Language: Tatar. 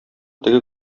теге